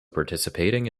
participating